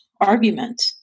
argument